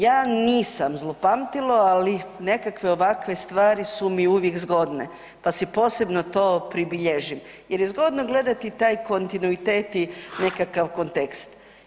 Ja nisam zlopamtilo, ali nekakve ovakve stvari su mi uvijek zgodne, pa si posebno to pribilježim jer je zgodno gledati taj kontinuitet i nekakav kontekst.